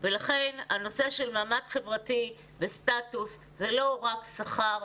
לכן הנושא של מעמד חברתי וסטטוס זה לא רק שכר,